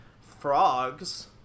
frogs